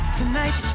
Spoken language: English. tonight